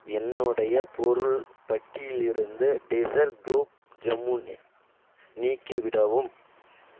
என்னுடைய பொருள் பட்டியிலிருந்து டிஸர் குலாப் ஜமுன் நீக்கிவிடவும்